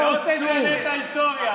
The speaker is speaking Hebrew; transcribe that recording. לא תשנה את ההיסטוריה,